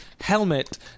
helmet